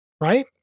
right